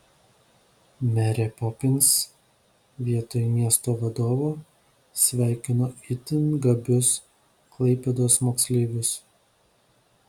merė popins vietoj miesto vadovo sveikino itin gabius klaipėdos moksleivius